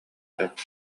сөп